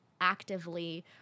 actively